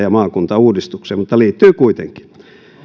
ja maakuntauudistukseen mutta liittyy kuitenkin